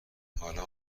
حالا